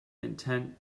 intention